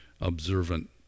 observant